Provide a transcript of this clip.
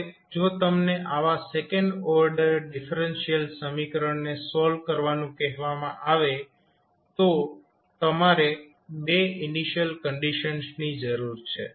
હવે જો તમને આવા સેકન્ડ ઓર્ડર ડિફરેન્શિયલ સમીકરણને સોલ્વ કરવાનું કહેવામાં આવે તો તમારે 2 ઇનિશિયલ કંડીશન્સની જરૂર છે